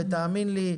ותאמין לי,